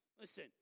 Listen